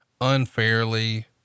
unfairly